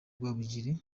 rwabugiri